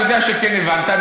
אני יודע שכן הבנת.